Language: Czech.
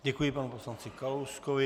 Děkuji panu poslanci Kalouskovi.